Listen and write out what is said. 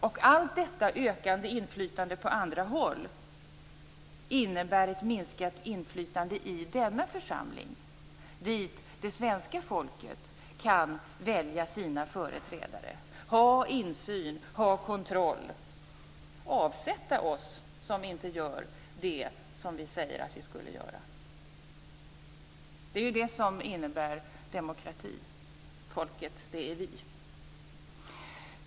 Allt detta ökande inflytande på andra håll innebär ett minskat inflytande i denna församling dit det svenska folket kan välja sina företrädare, ha insyn och kontroll och avsätta oss som inte gör det som vi säger att vi skall göra. Det är ju detta som demokrati innebär: Folket, det är vi.